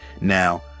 Now